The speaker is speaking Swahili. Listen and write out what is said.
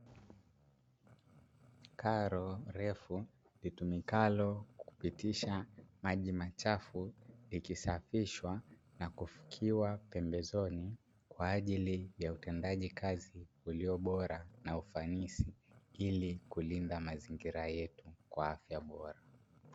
Karo refu litumikalo kupitisha maji machafu likisafishwa na kufukiwa pembezoni kwa ajili ya utendaji kazi ulio bora na ufanisi, ili kulinda mazingira yetu kwa afya bora.